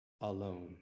alone